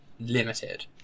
limited